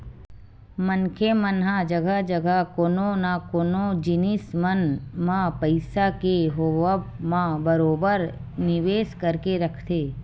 मनखे मन ह जघा जघा कोनो न कोनो जिनिस मन म पइसा के होवब म बरोबर निवेस करके रखथे